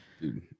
Dude